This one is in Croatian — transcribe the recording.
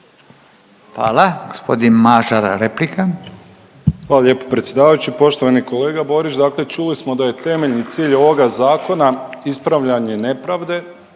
**Mažar, Nikola (HDZ)** Hvala lijepo predsjedavajući. Poštovani kolega Borić dakle čuli smo da je temeljni cilj ovoga zakona ispravljanje nepravde